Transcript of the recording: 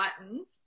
buttons